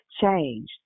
changed